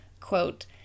quote